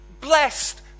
blessed